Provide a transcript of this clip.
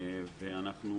בכנסת.